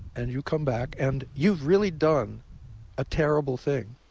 and you come back, and you've really done a terrible thing.